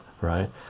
right